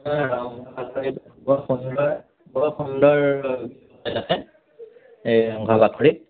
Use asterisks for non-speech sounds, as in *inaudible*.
*unintelligible* বৰ সুন্দৰ বৰ সুন্দৰ *unintelligible* এ ৰংঘৰৰ বাকৰিত